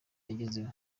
yagezeho